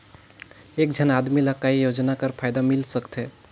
एक झन आदमी ला काय योजना कर फायदा मिल सकथे?